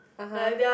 (uh huh)